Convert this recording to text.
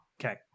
okay